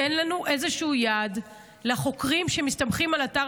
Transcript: תן איזשהו יעד לחוקרים שמסתמכים על אתר